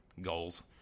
goals